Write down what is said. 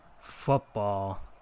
football